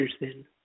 Anderson